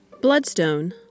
Bloodstone